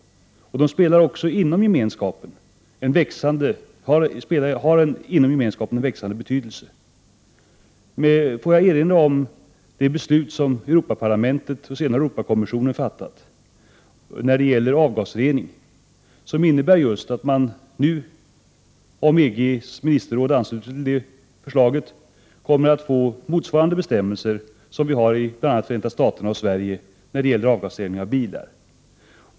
De har även inom Gemenskapen växande betydelse. Får jag erinra om det beslut som Europaparlamentet och senare Europakommissionen fattat beträffande avgasrening som just innebär att man — om EG:s ministerråd ansluter sig det förslaget — kommer att få bestämmelser som motsvarar dem som vi har i bl.a. Förenta Staterna och Sverige när det gäller avgasrening av bilar.